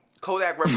Kodak